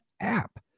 app